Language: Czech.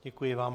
Děkuji vám.